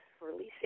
releasing